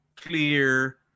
clear